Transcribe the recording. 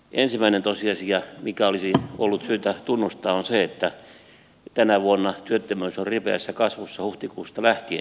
ensimmäinen tosiasia mikä olisi ollut syytä tunnustaa on se että tänä vuonna työttömyys on ollut ripeässä kasvussa huhtikuusta lähtien